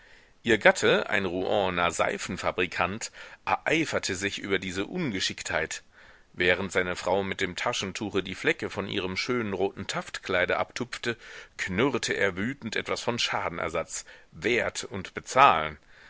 ihr gatte ein rouener seifenfabrikant ereiferte sich über diese ungeschicktheit während seine frau mit dem taschentuche die flecke von ihrem schönen roten taftkleide abtupfte knurrte er wütend etwas von schadenersatz wert und bezahlen